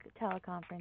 teleconference